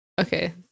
okay